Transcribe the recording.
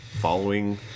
following